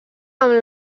amb